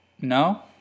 no